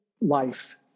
life